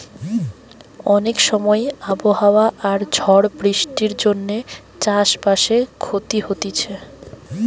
অনেক সময় আবহাওয়া আর ঝড় বৃষ্টির জন্যে চাষ বাসে ক্ষতি হতিছে